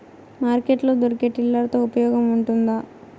Market లో దొరికే tiller తో ఉపయోగం ఉంటుందా?